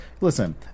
listen